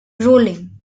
rolling